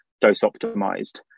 dose-optimized